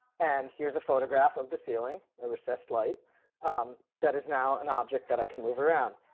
and here's a photograph of the ceiling, a recessed light um that is now an object that i can move around.